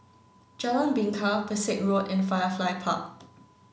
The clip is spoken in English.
Jalan Bingka Pesek Road and Firefly Park